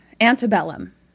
Antebellum